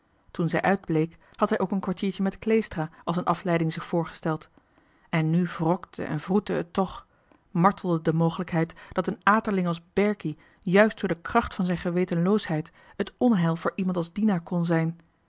toen zij uit bleek had hij ook een kwartiertje met kleestra zich als een afleiding voorgesteld en nu wrokte en wroette het toch martelde de mogelijkheid dat een aterling als berkie juist door de kracht van zijn gewetenloosheid het onheil voor iemand als dina kon zijn